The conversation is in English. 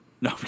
No